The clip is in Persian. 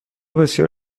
بسیار